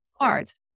cards